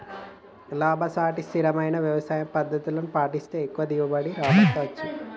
లాభసాటి స్థిరమైన వ్యవసాయ పద్దతులను పాటిస్తే ఎక్కువ దిగుబడి రాబట్టవచ్చు